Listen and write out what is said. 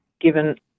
given